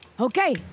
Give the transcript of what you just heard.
Okay